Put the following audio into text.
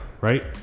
right